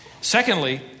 Secondly